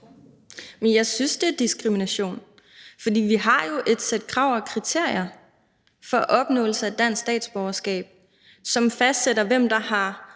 Jamen jeg synes, det er diskrimination, for vi har jo et sæt krav og kriterier for opnåelse af dansk statsborgerskab, som fastsætter, hvem der har